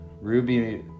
ruby